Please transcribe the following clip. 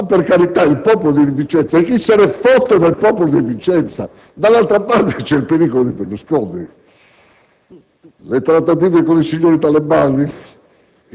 Ma per carità! E chi se ne fotte del popolo di Vicenza! Dall'altra parte c'è il pericolo di Berlusconi. Le trattative con i signori talebani,